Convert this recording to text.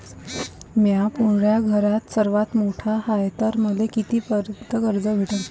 म्या पुऱ्या घरात सर्वांत मोठा हाय तर मले किती पर्यंत कर्ज भेटन?